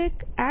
xA માટે On